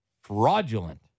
fraudulent